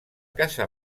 casa